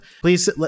Please